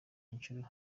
nshuro